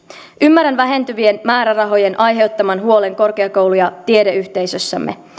ymmärrän vähentyvien määrärahojen aiheuttaman huolen korkeakoulu ja tiedeyhteisössämme